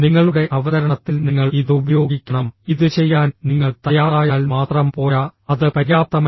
നിങ്ങളുടെ അവതരണത്തിൽ നിങ്ങൾ ഇത് ഉപയോഗിക്കണം ഇത് ചെയ്യാൻ നിങ്ങൾ തയ്യാറായാൽ മാത്രം പോരാ അത് പര്യാപ്തമല്ല